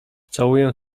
całuję